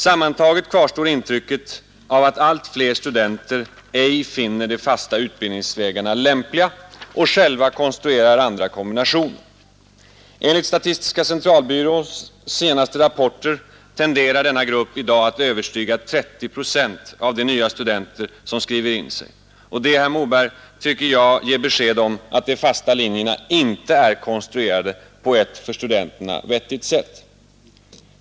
Sammantaget kvarstår intrycket av att allt fler studenter ej finner de fasta utbildningsvägarna lämpliga och själva konstruerar andra kombinationer. Enligt statistiska centralbyråns senaste rapporter tenderar denna grupp i dag att överstiga 30 procent av de nya studenter som skriver in sig, och det tycker jag, herr Moberg, ger besked om att de fasta linjerna inte är konstruerade på ett för studenterna vettigt sätt.